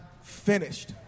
finished